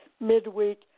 midweek